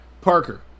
Parker